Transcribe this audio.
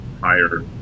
higher